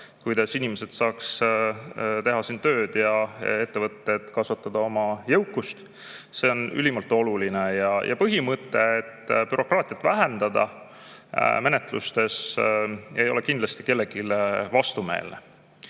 kuidas inimesed saaks teha siin tööd ja ettevõtted kasvatada oma jõukust. See on ülimalt oluline. Ja põhimõte, et bürokraatiat vähendada menetlustes, ei ole kindlasti kellelegi vastumeelne. Aga